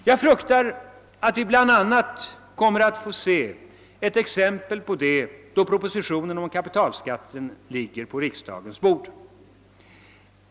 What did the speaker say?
Jag fruktar, att vi bl.a. kommer att få se ett exempel på detta, då propositionen om kapitalbeskattningen ligger på riksdagens bord.